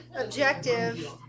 objective